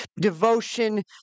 Devotion